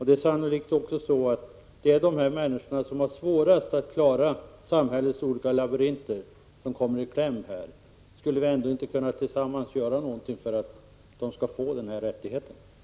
Det är sannolikt också de människor som har svårast att klara samhällets olika labyrinter som här kommer i kläm. Skulle vi inte tillsammans kunna göra någonting för att de skall få del av rättigheten att tillgodoräkna sig vårdår för ATP?